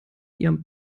ihrem